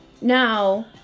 Now